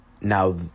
now